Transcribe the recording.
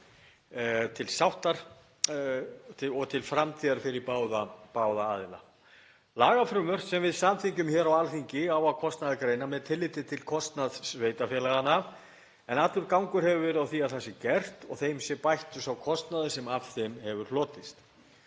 til sáttar og til framtíðar fyrir báða aðila. Lagafrumvörp sem við samþykkjum hér á Alþingi á að kostnaðargreina með tilliti til kostnaðar sveitarfélaganna en allur gangur hefur verið á því að það sé gert og þeim sé bættur sá kostnaður sem af þeim hefur hlotist.